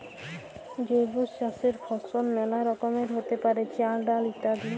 জৈব চাসের ফসল মেলা রকমেরই হ্যতে পারে, চাল, ডাল ইত্যাদি